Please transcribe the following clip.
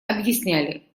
объясняли